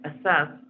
assess